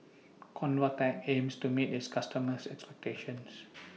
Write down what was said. Convatec aims to meet its customers' expectations